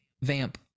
Vamp